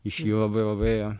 iš jų labai labai ėjo